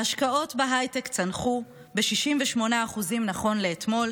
ההשקעות בהייטק צנחו ב-68% נכון לאתמול,